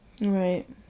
Right